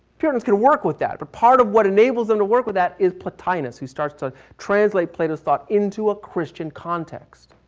puritans can work with that. but part of what enables them to work with that is plotinus who starts to translate plato's thought into a christian context.